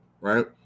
right